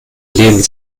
leben